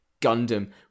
gundam